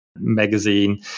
Magazine